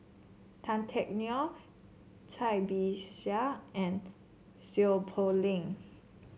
Tan Teck Neo Cai Bixia and Seow Poh Leng